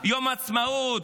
יום העצמאות,